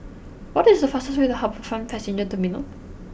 what is the fastest way to HarbourFront Passenger Terminal